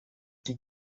icyo